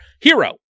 Hero